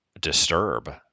disturb